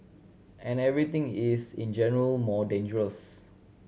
and everything is in general more dangerous